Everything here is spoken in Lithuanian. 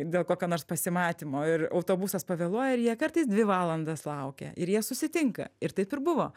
dėl kokio nors pasimatymo ir autobusas pavėluoja ir jie kartais dvi valandas laukia ir jie susitinka ir taip ir buvo